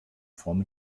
form